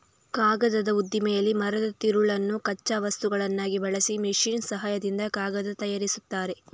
ಕಾಗದದ ಉದ್ದಿಮೆಯಲ್ಲಿ ಮರದ ತಿರುಳನ್ನು ಕಚ್ಚಾ ವಸ್ತುವನ್ನಾಗಿ ಬಳಸಿ ಮೆಷಿನ್ ಸಹಾಯದಿಂದ ಕಾಗದ ತಯಾರಿಸ್ತಾರೆ